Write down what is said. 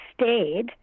stayed